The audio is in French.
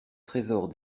trésors